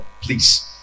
please